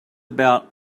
about